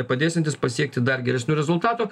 padėsiantys pasiekti dar geresnių rezultatų